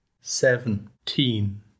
seventeen